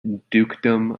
dukedom